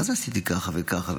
מה זה עשיתי ככה וככה?